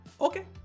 okay